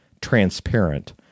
transparent